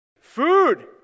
Food